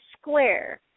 square